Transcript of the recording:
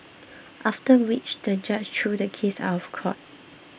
after which the judge threw the case out of court